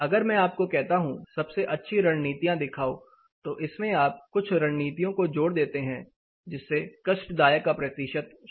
अगर मैं आपको कहता हूं सबसे अच्छी रणनीतियां दिखाओ तो इसमें आप कुछ रणनीतियों को जोड़ देते हैं जिससे कष्टदायक का प्रतिशत शून्य हो जाए